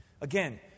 Again